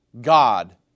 God